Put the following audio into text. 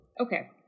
Okay